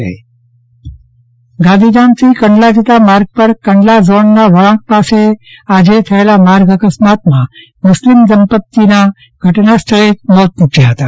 ચંદ્રવદન પદ્દણી અકસ્માત ગાંધીધામ કંડલા જતા માર્ગ પર કંડલા પોર્ટના વળાંક પાસે થયેલા માર્ગ અકસ્માતમાં મુસ્લીમ દંપતિના ઘટના સ્થળે જ મોત નિપજયા હતા